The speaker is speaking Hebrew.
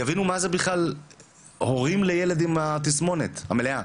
יבינו מה זה להיות הורים לילד עם תסמונת האלכוהול המלאה.